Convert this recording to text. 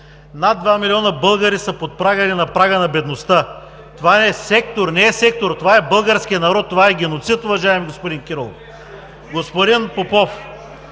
над 2 милиона българи са под прага или на прага на бедността. Това не е сектор, това е българският народ! Това е геноцид, уважаеми господин Кирилов. Господин Попов,